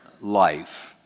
life